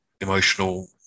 emotional